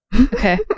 okay